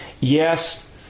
yes